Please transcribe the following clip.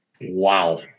wow